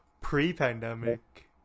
Pre-pandemic